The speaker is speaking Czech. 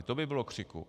To by bylo křiku!